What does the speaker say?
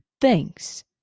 Thanks